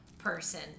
person